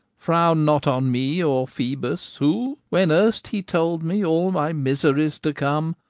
frown not on me or phoebus, who, when erst he told me all my miseries to come,